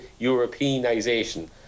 Europeanisation